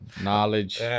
Knowledge